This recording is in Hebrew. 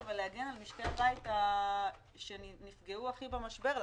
ולהגן על משקי הבית שנפגעו הכי במשבר,